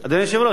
אדוני היושב-ראש,